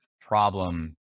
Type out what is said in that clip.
problem